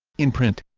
in print